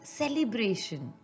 celebration